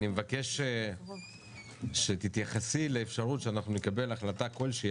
אני מבקש שתתייחסי לאפשרות שאנחנו נקבל החלטה כלשהיא